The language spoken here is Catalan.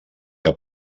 que